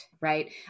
right